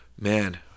man